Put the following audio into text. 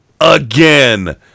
again